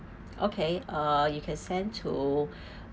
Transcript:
okay uh you can send to